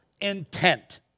intent